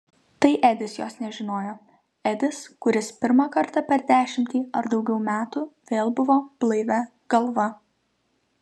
tai edis jos nežinojo edis kuris pirmą kartą per dešimtį ar daugiau metų vėl buvo blaivia galva